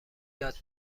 یاد